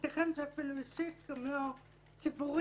ייתכן אפילו אישית, לא ציבורית.